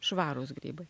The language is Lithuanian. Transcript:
švarūs grybai